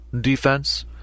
defense